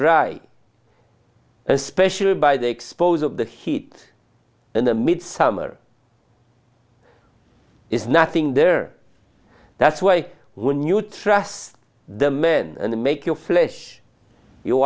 dry especially by the expose of the heat and the midsummer is nothing there that's why when you trust the men and make your flesh you